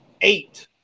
eight